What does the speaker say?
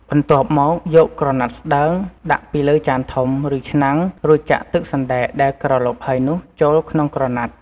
បន្ទាប់មកយកក្រណាត់ស្តើង ដាក់ពីលើចានធំ ឬឆ្នាំង រួចចាក់ទឹកសណ្តែកដែលក្រឡុកហើយនោះចូលក្នុងក្រណាត់។